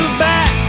back